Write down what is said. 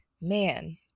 man